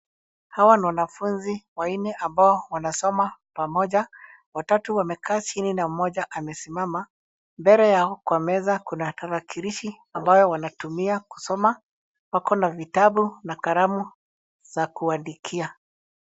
Hawa ni wanafunzi wanne ambao wanasoma pamoja. Watatu wamekaa chini na mmoja amesimama. Mbele yao kuna meza, kuna tarakilishi ambayo wanatumia kusoma. Wako na vitabu na kalamu za kuandikia.